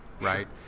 right